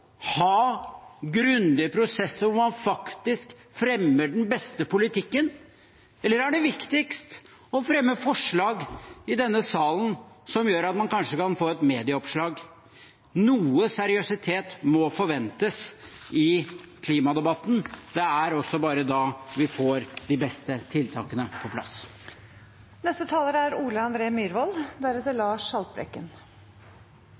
ha grundige prosesser hvor man faktisk fremmer den beste politikken, eller er det viktigst å fremme forslag i denne salen som gjør at man kanskje kan få et medieoppslag? Noe seriøsitet må forventes i klimadebatten. Det er også bare da vi får de beste tiltakene på plass. Livet leves i kommunene. Kommunene er